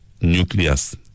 nucleus